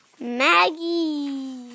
Maggie